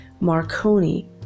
Marconi